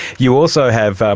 you also have,